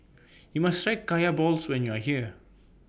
YOU must Try Kaya Balls when YOU Are here